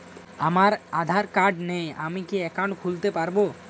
আমার আধার কার্ড নেই আমি কি একাউন্ট খুলতে পারব?